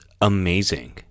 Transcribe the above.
amazing